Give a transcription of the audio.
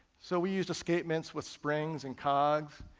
so we used escapements with springs and cogs,